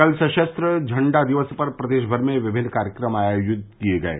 कल सशस्त्र बल झंडा दिवस पर प्रदेश भर में विभिन्न कार्यक्रम आयोजित किए गये